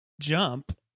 jump